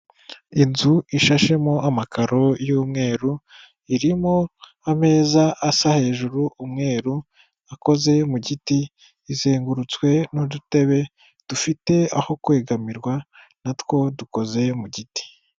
Inzu ishashemo amakaro y'umweru, irimo ameza asa hejuru umweru akoze mu giti. Izenguritswe n'udutebe dufite aho kwegamirwa, natwo dukoze mu giti.